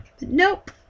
Nope